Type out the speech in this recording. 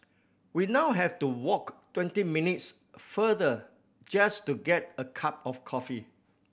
we now have to walk twenty minutes farther just to get a cup of coffee